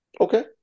Okay